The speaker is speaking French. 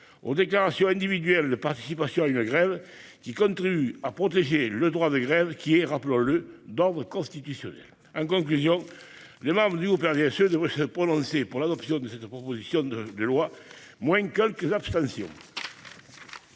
aux déclarations individuelles de participation à une grève : cela contribue à protéger le droit de grève, qui est, rappelons-le, d'ordre constitutionnel. En conclusion, les membres du groupe RDSE devraient se prononcer pour l'adoption de cette proposition de loi, à l'exception de quelques abstentions.